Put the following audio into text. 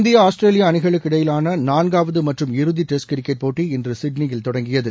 India Australia அணிகளுக்கிடையிலான நான்காவது மற்றும் இறுதி டெஸ்ட் கிரிக்கெட் போட்டி இன்று சிட்னியில் தொடஙகியது